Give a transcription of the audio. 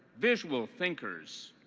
visual thinkers,